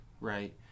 right